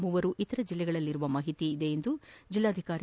ಮೂವರು ಇತರೆ ಜಿಲ್ಲೆಗಳಲ್ಲಿರುವ ಮಾಹಿತಿಯಿದೆ ಎಂದು ಜಿಲ್ಲಾಧಿಕಾರಿ ಬಿ